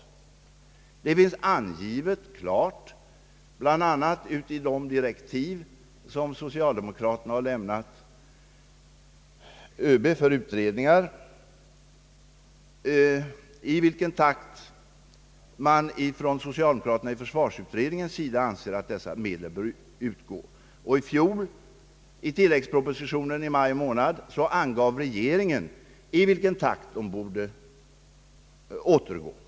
Det finns bl.a. i de direktiv som socialdemokraterna i försvarsutredningen har lämnat överbefälhavaren för utredningar klart angivet i vilken takt socialdemokraterna i utredningen anser att dessa medel bör utgå. I fjol angav regeringen i tilläggspropositionen i maj månad i vilken takt dessa medel borde återgå.